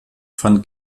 fand